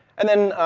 and then,